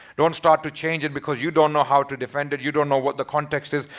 don't start to change it because you don't know how to defend it. you don't know what the context is.